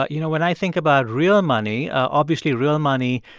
ah you know, when i think about real money, obviously, real money,